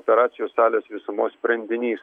operacijos salės visumos sprendinys